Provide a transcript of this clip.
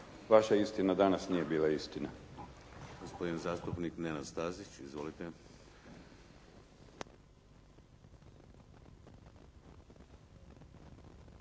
Vaša istina danas nije bila istina.